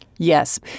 Yes